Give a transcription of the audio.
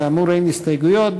כאמור, אין הסתייגויות.